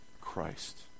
Christ